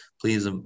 please